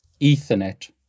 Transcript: Ethernet